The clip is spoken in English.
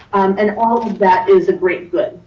and all of that is a great good.